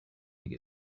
think